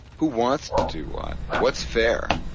who wants to do what? what's fair?